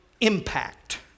impact